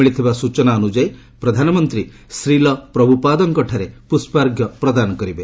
ମିଳିଥିବା ସୂଚନା ଅନୁଯାୟୀ ପ୍ରଧାନମନ୍ତ୍ରୀ ଶ୍ରୀଲ ପ୍ରଭୁପାଦଙ୍କଠାରେ ପୁଷ୍ପଅର୍ଘ୍ୟ ପ୍ରଦାନ କରିବେ